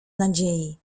nadziei